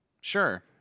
Sure